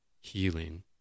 healing